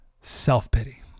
self-pity